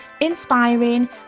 inspiring